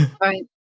Right